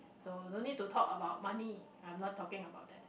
so no need to talk about money I'm not talking about that